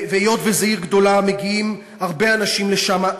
והיות שזו עיר גדולה מגיעים הרבה אנשים לשם.